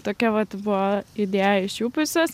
tokia vat buvo idėja iš jų pusės